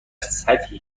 سطحی